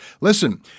Listen